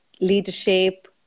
leadership